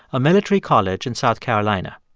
a military college in south carolina.